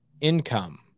income